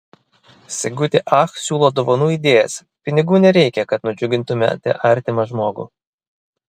sigutė ach siūlo dovanų idėjas pinigų nereikia kad nudžiugintumėte artimą žmogų